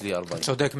אצלי 40. אתה צודק,